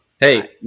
Hey